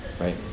right